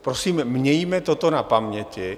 Prosím, mějme toto na paměti.